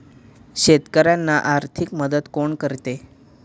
शेतकऱ्यांना आर्थिक मदत कोण करते?